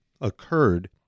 occurred